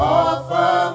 offer